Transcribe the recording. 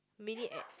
mini eh